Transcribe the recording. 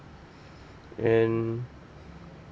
and